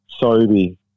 Sobey